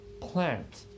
plant